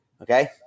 okay